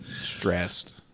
stressed